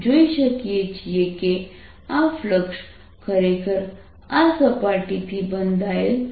હવે આપણે જોઈ શકીએ છીએ કે આ ફ્લક્સ ખરેખર આ સપાટીથી બંધાયેલ છે